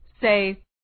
Say